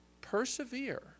Persevere